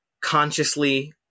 consciously